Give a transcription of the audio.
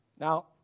Now